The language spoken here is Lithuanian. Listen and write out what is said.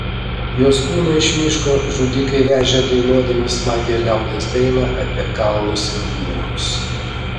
jos kūną iš miško žudikai vežė dainuodami smagią liaudies dainą apie kalnus ir mūrus